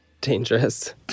Dangerous